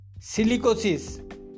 silicosis